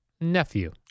nephew